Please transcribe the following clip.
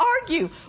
argue